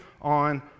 on